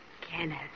Kenneth